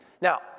Now